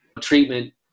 treatment